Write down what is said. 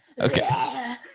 Okay